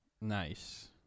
Nice